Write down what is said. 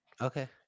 Okay